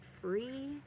free